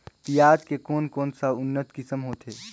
पियाज के कोन कोन सा उन्नत किसम होथे?